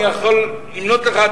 אני יכול למנות לך.